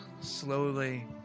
slowly